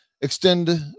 extend